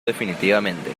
definitivamente